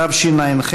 התשע"ח